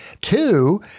Two